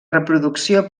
reproducció